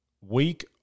week